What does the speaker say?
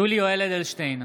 (קורא בשמות חברי הכנסת) יולי יואל אדלשטיין,